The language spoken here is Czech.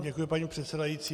Děkuji, paní předsedající.